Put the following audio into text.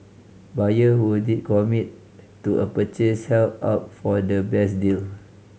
buyer who did commit to a purchase held out for the best deal